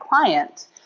client